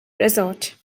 resort